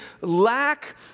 lack